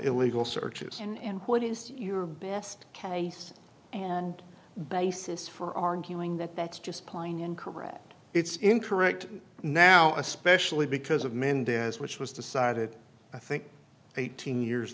illegal searches and what is your best case and basis for arguing that that's just plain incorrect it's incorrect now especially because of mendez which was decided i think eighteen years